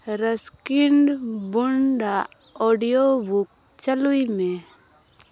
ᱨᱟᱥᱠᱤᱱᱰ ᱵᱚᱱᱰᱟᱜ audio book ᱪᱟᱹᱞᱩᱭ ᱢᱮ